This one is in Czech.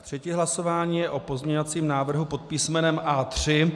Třetí hlasování je o pozměňovacím návrhu pod písmenem A3.